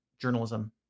journalism